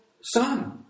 son